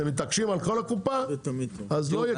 אתם מתעקשים על כל הקופה אז לא יהיה כלום.